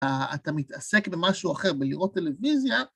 אתה מתעסק במשהו אחר, בלראות טלוויזיה.